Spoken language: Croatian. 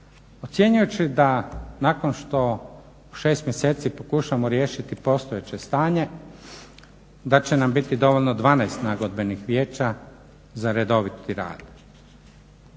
Ocjenjujući da nakon što 6 mjeseci pokušavamo riješiti postojeće stanje da će nam biti dovoljno 12 nagodbenih vijeća za redoviti rad.